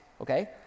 okay